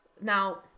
now